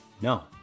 No